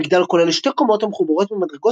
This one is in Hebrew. המגדל כולל שתי קומות המחוברות במדרגות